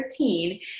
13